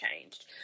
changed